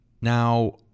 Now